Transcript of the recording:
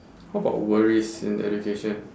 how about worries in education